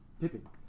Pippin